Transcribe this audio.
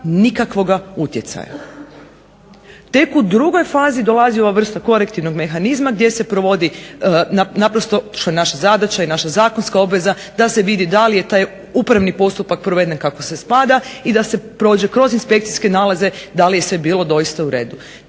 nikakvoga utjecaja. Tek u drugoj fazi dolazi ova vrsta korektivnog mehanizma gdje se provodi naprosto što je naša zadaća i naša zakonska obveza da se vidi da li je taj upravni postupak proveden kako se spada i da se prođe kroz inspekcijske nalaze da li je sve bilo doista u redu.